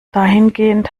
dahingehend